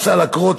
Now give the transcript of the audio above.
מס על עקרות-הבית,